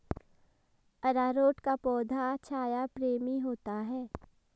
अरारोट का पौधा छाया प्रेमी होता है